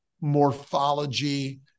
morphology